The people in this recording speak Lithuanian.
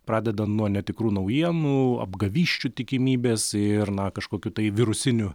pradedan nuo netikrų naujienų apgavysčių tikimybės ir na kažkokių tai virusinių